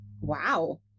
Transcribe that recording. Wow